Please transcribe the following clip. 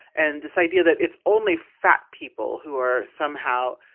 and this idea that it's only fat people who are somehow